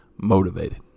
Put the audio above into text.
motivated